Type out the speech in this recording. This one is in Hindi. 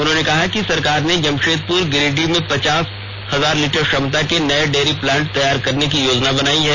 उन्होंने कहा कि सरकार ने जमशेदपुर गिरिडीह में पचास हजार लीटर क्षमता के नये डेयरी प्लांट तैयार करने की योजना बनायी है